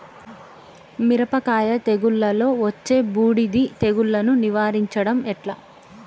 మిరపకాయ తెగుళ్లలో వచ్చే బూడిది తెగుళ్లను నివారించడం ఎట్లా?